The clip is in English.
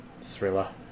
thriller